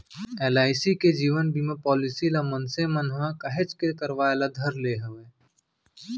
LIC के जीवन बीमा पॉलीसी ल मनसे मन ह काहेच के करवाय बर धर ले हवय